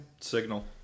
Signal